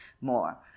more